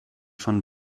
von